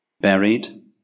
buried